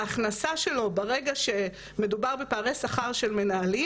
ההכנסה שלו כשמדובר בפערי שכר של מנהלים